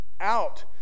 out